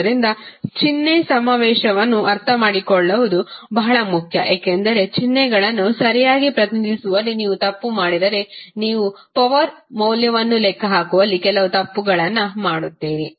ಆದ್ದರಿಂದ ಚಿಹ್ನೆ ಸಮಾವೇಶವನ್ನು ಅರ್ಥಮಾಡಿಕೊಳ್ಳುವುದು ಬಹಳ ಮುಖ್ಯ ಏಕೆಂದರೆ ಚಿಹ್ನೆಗಳನ್ನು ಸರಿಯಾಗಿ ಪ್ರತಿನಿಧಿಸುವಲ್ಲಿ ನೀವು ತಪ್ಪು ಮಾಡಿದರೆ ನೀವು ಪವರ್ ಮೌಲ್ಯವನ್ನು ಲೆಕ್ಕಹಾಕುವಲ್ಲಿ ಕೆಲವು ತಪ್ಪುಗಳನ್ನು ಮಾಡುತ್ತೀರಿ